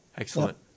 Excellent